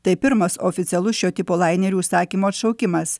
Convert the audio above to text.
tai pirmas oficialus šio tipo lainerių užsakymo atšaukimas